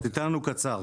אז תיתן לנו קצר.